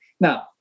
Now